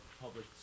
public